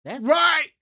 Right